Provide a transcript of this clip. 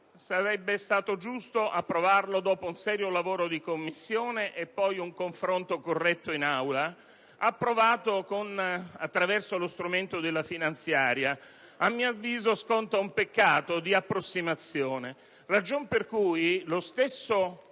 sarebbe stato giusto approvarlo dopo un serio lavoro di Commissione e poi un confronto corretto in Aula, approvato attraverso lo strumento della finanziaria, sconta un peccato di approssimazione. Questa è la ragione per cui lo stesso